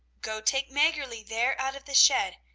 go take maggerli there out of the shed,